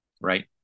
right